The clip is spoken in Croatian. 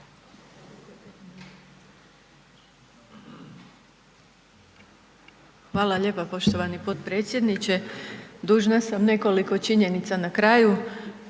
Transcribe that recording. Hvala lijepo poštovani potpredsjedniče. Dužna sam nekoliko činjenica na kraju.